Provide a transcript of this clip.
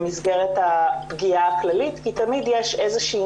במסגרת הפגיעה הכללית כי תמיד יש איזה שהיא